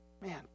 man